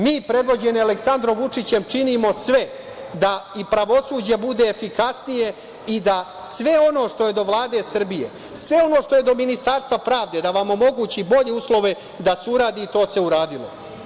Mi, predvođeni Aleksandrom Vučićem, činimo sve da i pravosuđe bude efikasnije i da sve ono što je do Vlade Srbije, sve ono što je do Ministarstva pravde da vam omogući bolje uslove da se uradi i to se uradilo.